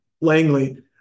Langley